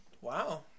Wow